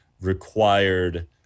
required